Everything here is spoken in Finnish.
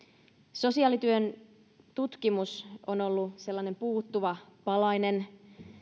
sosiaalityön tutkimus on ollut sellainen puuttuva palanen